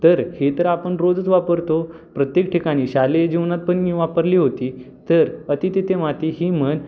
तर हे तर आपण रोजच वापरतो प्रत्येक ठिकाणी शालेय जीवनात पण मी वापरली होती तर अति तिथे माती ही म्हण